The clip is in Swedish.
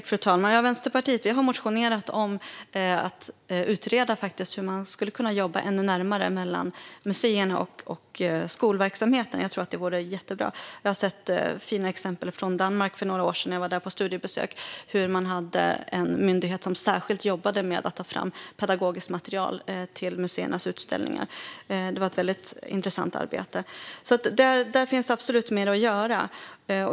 Fru talman! Vi i Vänsterpartiet har motionerat om att utreda hur man skulle kunna jobba ännu närmare mellan museerna och skolverksamheten. Jag tror att det vore jättebra. Jag såg fina exempel i Danmark när jag var där på studiebesök för några år sedan. Man hade en myndighet som särskilt jobbade med att ta fram pedagogiskt material till museernas utställningar. Det var ett väldigt intressant arbete. Där finns absolut mer att göra.